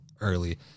early